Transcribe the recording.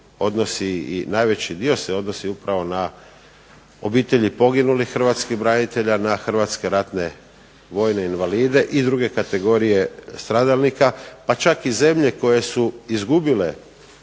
odnosi, i najveći dio se odnosi upravo na obitelji poginulih hrvatskih branitelja, na hrvatske ratne vojne invalide i druge kategorije stradalnika. Pa čak i zemlje koje su izgubile